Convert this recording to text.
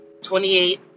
28